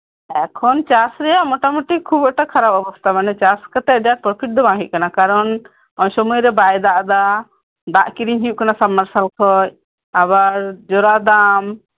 ᱮᱠᱷᱚᱱ ᱪᱟᱥ ᱨᱮᱭᱟᱜ ᱢᱳᱴᱟᱢᱩᱴᱤ ᱠᱷᱩᱵ ᱮᱠᱴᱟ ᱠᱷᱟᱨᱟᱯ ᱚᱵᱚᱥᱛᱷᱟ ᱢᱟᱱᱮ ᱪᱟᱥ ᱠᱟᱛᱮᱫ ᱯᱨᱚᱯᱷᱤᱴ ᱫᱚ ᱵᱟᱝ ᱦᱩᱭᱩᱜ ᱠᱟᱱᱟ ᱠᱟᱨᱚᱱ ᱥᱚᱢᱚᱭ ᱨᱮ ᱵᱟᱭ ᱫᱟᱜ ᱮᱫᱟ ᱫᱟᱜ ᱠᱤᱨᱤᱧ ᱦᱩᱭᱩᱜ ᱠᱟᱱᱟ ᱥᱟᱵᱢᱟᱨᱥᱟᱞ ᱠᱷᱚᱡ ᱟᱵᱟᱨ ᱡᱳᱨᱟ ᱫᱟᱢ